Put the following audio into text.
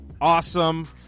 awesome